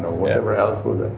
ah whatever else